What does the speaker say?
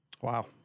Wow